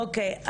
אוקי.